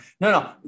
No